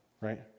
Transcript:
right